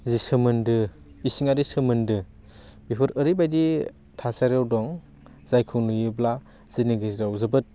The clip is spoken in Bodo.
जि सोमोन्दो इसिङारि सोमोन्दो बेफोर ओरैबायदि थासारिआव दं जायखौ नुयोब्ला जोंनि गेजेराव जोबोद